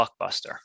blockbuster